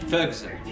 Ferguson